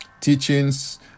teachings